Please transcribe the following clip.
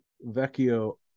Vecchio